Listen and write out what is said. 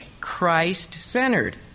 Christ-centered